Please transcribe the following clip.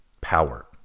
power